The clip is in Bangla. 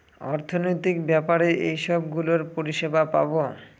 অর্থনৈতিক ব্যাপারে এইসব গুলোর পরিষেবা পাবো